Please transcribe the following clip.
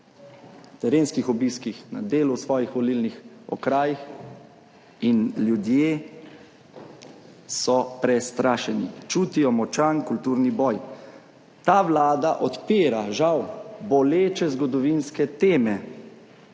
terenskih obiskih, na delu v svojih volilnih okrajih in ljudje so prestrašeni, čutijo močan kulturni boj. Ta vlada odpira žal boleče zgodovinske teme